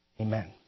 Amen